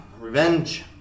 Revenge